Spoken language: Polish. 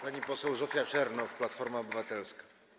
Pani poseł Zofia Czernow, Platforma Obywatelska.